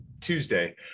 Tuesday